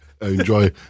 enjoy